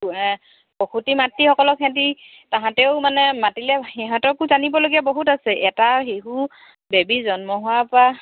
প্ৰসুতি মাতৃসকলক সিহঁত তাহাঁতেও মানে মাতিলে সিহঁতকো জানিবলগীয়া বহুত আছে এটা শিশু বেবী জন্ম হোৱাৰ পৰা